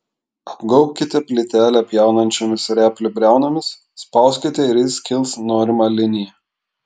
apgaubkite plytelę pjaunančiomis replių briaunomis spauskite ir ji skils norima linija